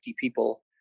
people